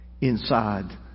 inside